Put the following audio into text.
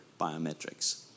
biometrics